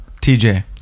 TJ